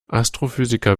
astrophysiker